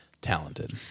talented